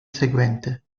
seguente